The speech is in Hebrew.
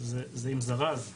זה עם זרז,